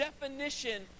definition